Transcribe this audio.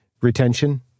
Retention